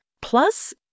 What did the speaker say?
Plus